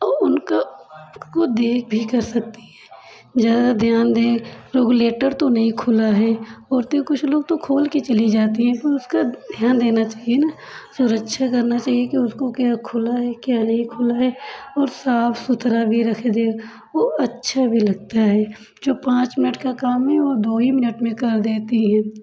और उनको खुद को देख भी कर सकती हैं ज़्यादा ध्यान दें रेगुलेटर तो नहीं खुला है औरतें कुछ लोग तो खोल के चली जाती हैं पर उसका ध्यान देना चाहिए ना सुरक्षा करना चाहिए कि उसकाे क्या खुला है क्या नहीं खुला है और साफ सुथरा भी रखिए वो अच्छा भी लगता है जो पाँच मिनट का काम है वो दो ही मिनट में कर देती हैं